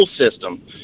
system